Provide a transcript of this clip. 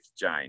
Jane